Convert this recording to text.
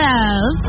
Love